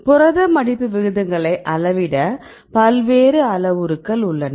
புரத மடிப்பு விகிதங்களை அளவிட பல்வேறு அளவுருக்கள் உள்ளன